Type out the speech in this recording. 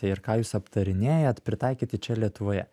ir ką jūs aptarinėjat pritaikyti čia lietuvoje